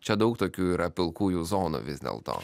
čia daug tokių yra pilkųjų zonų vis dėlto